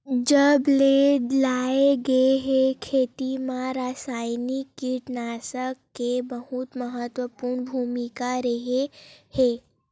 जब से लाए गए हे, खेती मा रासायनिक कीटनाशक के बहुत महत्वपूर्ण भूमिका रहे हे